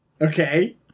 Okay